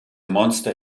monster